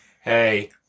hey